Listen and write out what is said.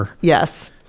Yes